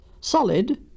solid